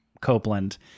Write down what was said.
Copeland